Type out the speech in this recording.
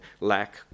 lack